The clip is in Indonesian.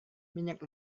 minyak